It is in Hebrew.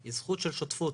היא זכות של שותפות.